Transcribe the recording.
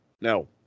No